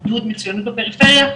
עידוד מצוינות בפריפריה,